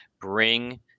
bring